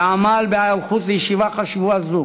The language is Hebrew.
שעמל בהיערכות לישיבה חשובה זו,